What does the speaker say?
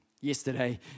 yesterday